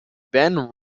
ben